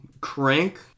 crank